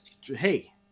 Hey